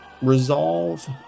Resolve